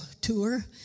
tour